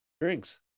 drinks